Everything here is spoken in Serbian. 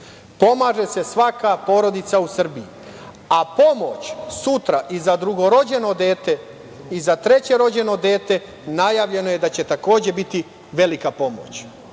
Pomaže se svaka porodica u Srbiji. Takođe, pomoć sutra i za drugo rođeno dete i za treće rođeno dete najavljeno je da će, takođe biti velika pomoć.